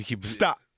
Stop